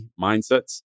mindsets